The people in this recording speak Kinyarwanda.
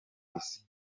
isi